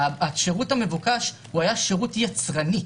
השירות המבוקש היה שירות יצרני,